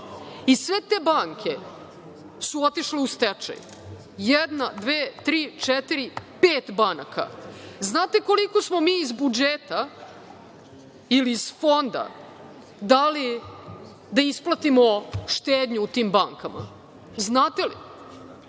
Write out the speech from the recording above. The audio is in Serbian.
Sve te banke su otišle u stečaj, pet banaka. Znate koliko smo mi iz budžeta ili iz fonda dali da isplatimo štednju u tim bankama? Znate li?